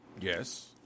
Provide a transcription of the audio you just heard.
Yes